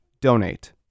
donate